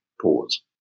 pause